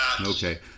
Okay